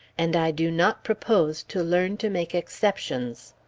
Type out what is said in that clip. and i do not propose to learn to make exceptions.